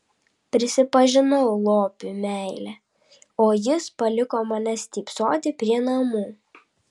prisipažinau lopui meilę o jis paliko mane stypsoti prie namų